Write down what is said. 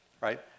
right